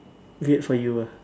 weird for you ah